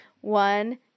one